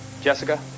jessica